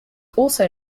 also